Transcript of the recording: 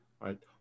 Right